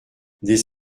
des